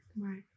Right